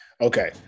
Okay